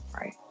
right